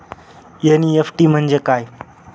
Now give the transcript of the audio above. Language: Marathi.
एन.ई.एफ.टी म्हणजे काय?